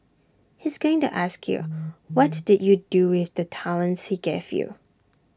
he's going to ask you what did you do with the talents he gave you